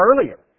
earlier